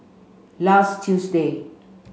last Tuesday